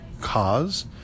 cause